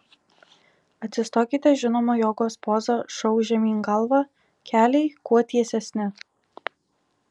atsistokite žinoma jogos poza šou žemyn galva keliai kuo tiesesni